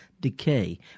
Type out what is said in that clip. decay